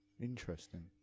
Interesting